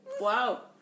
Wow